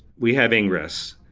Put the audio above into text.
we have ingress,